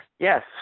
Yes